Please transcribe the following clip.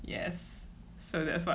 yes so that's why